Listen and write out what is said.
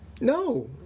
No